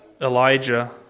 Elijah